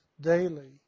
daily